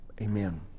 amen